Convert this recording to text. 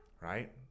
right